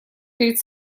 перед